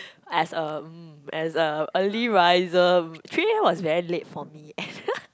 as a um as a early riser three A_M was very late for me